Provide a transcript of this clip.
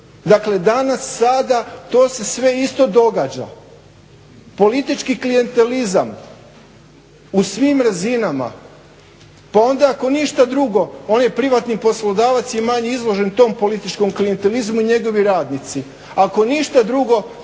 Dakle, danas, sada to se sve isto događa. Politički klijentelizam u svim razinama pa onda ako ništa drugo onaj privatni poslodavac je manje izložen tom političkom klijentelizmu i njegovi radnici. Ako ništa drugo